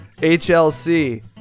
HLC